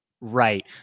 right